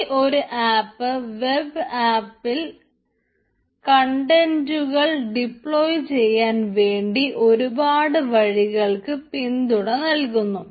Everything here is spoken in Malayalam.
ഈ ഒരു ആപ്പ് വെബ് ആപ്പിൽ കണ്ടന്റുകൾ ഡിപ്ലോയി ചെയ്യാൻ വേണ്ടി ഒരുപാട് വഴികൾക്ക് പിന്തുണ നൽകുന്നു